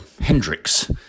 Hendrix